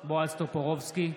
טופורובסקי,